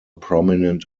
prominent